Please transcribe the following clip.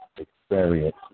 Experience